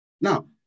Now